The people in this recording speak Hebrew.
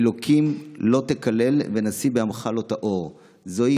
"ה' לא תקלל ונשיא בעמך לא תאר"; זוהי